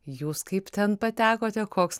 jūs kaip ten patekote koks